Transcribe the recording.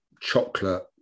chocolate